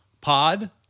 pod